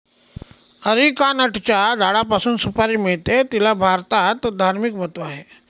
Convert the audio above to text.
अरिकानटच्या झाडापासून सुपारी मिळते, तिला भारतात धार्मिक महत्त्व आहे